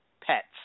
pets